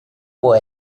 buc